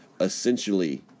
essentially